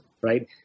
right